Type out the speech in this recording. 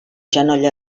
genoll